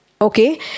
Okay